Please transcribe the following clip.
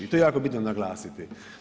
I to je jako bitno naglasiti.